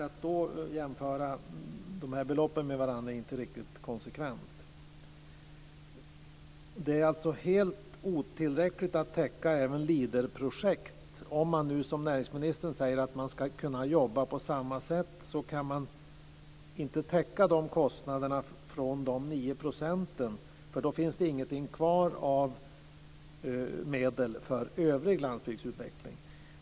Att då jämföra beloppen med varandra är inte riktigt konsekvent. Det är alltså helt otillräckligt för att täcka även Leaderprojekt. Om man, som näringsministern säger, ska kunna jobba på samma sätt kan man inte täcka kostnaderna med pengar från de 9 procenten, för då finns det inga medel kvar för övrig landsbygdsutveckling.